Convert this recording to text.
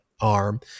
arm